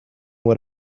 what